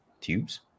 Tubes